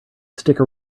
sticker